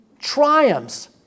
triumphs